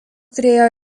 turėjo